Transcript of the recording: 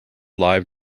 live